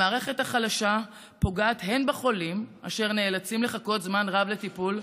המערכת החלשה פוגעת הן בחולים אשר נאלצים לחכות זמן רב לטיפול,